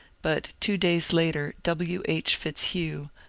but two days later w. h. fitzhugh,